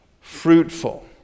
fruitful